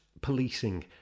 policing